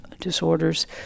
disorders